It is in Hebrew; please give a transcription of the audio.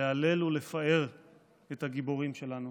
להלל ולפאר את הגיבורים שלנו.